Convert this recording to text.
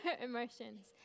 emotions